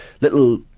little